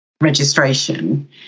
registration